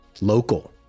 local